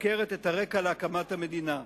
הסוקרת את הרקע להקמת המדינה.